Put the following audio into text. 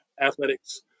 athletics